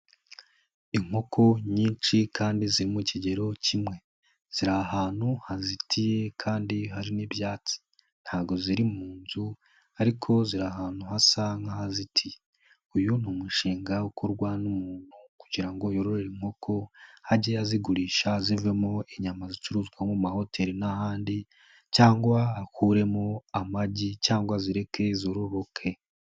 Inkoko nyinshi kandi ziri mu kigero kimwe, ziri ahantu hazitiye kandi hari n'ibyatsi, ntabwo ziri mu nzu ariko ziri ahantu hasa nk'ahazitiye, uyu ni umushinga ukorwa n'umuntu kugira ngo yorore inkoko ajye azigurisha zivemo inyama zicuruzwa mu mahoteli n'ahandi cyangwa akuremo amagi cyangwa azireke zororoke.